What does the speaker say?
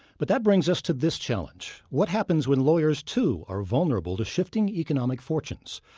but that brings us to this challenge what happens when lawyers, too, are vulnerable to shifting economic fortunes?